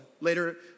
later